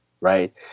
right